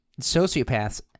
Sociopaths